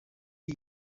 iyi